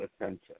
attention